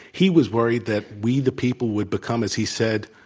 he was worried that we, the people, would become, as he said,